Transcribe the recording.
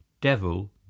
Devil